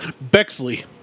Bexley